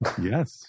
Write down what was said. Yes